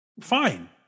fine